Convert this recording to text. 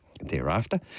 thereafter